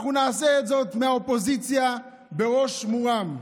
אנחנו נעשה זאת מהאופוזיציה בראש מורם.